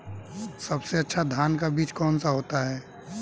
सबसे अच्छा धान का बीज कौन सा होता है?